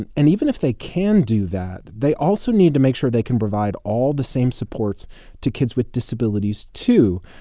and and even if they can do that, they also need to make sure they can provide all the same supports to kids with disabilities, too,